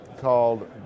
called